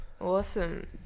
Awesome